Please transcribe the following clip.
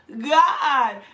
God